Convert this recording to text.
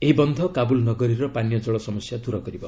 ଏହି ବନ୍ଧ କାବୁଲ ନଗରୀର ପାନୀୟ ଜଳ ସମସ୍ୟା ଦୂର କରିବ